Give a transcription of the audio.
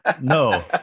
No